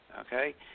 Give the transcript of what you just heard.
Okay